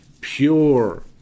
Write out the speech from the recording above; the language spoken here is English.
Pure